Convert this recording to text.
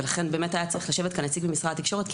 ולכן באמת היה צריך לשבת כאן נציג ממשרד התקשורת,